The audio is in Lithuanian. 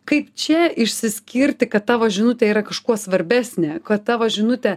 kaip čia išsiskirti kad tavo žinutė yra kažkuo svarbesnė kad tavo žinutę